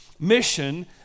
mission